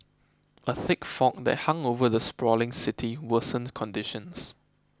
a thick fog that hung over the sprawling city worsened conditions